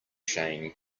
chain